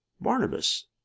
Barnabas